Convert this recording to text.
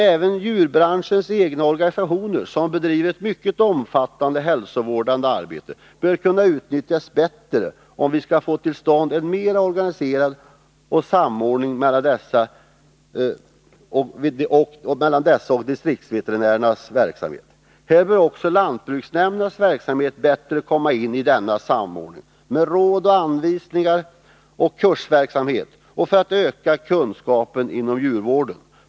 Även djurbranschens egna organisationer, som bedriver ett mycket omfattande hälsovårdande arbete, bör kunna utnyttjas bättre, om vi kan få till stånd en mera organiserad samordning mellan dessa och distriktsveterinärerna. Också lantbruksnämndernas verksamhet bör bättre komma in i denna samordning med råd och anvisningar och kursverksamhet för att öka kunskapen inom djurvården.